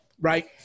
right